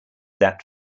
that